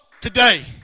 today